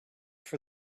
for